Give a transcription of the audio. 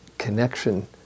connection